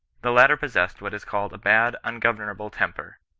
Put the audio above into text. the latter possessed what is called a bad, ungovernable temper,